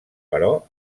però